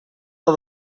dat